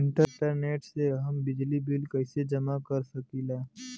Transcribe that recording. Internet से हम बिजली बिल कइसे जमा कर सकी ला?